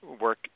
work